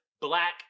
black